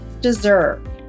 deserve